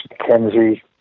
McKenzie